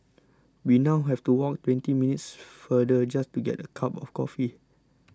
we now have to walk twenty minutes farther just to get a cup of coffee